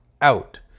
Out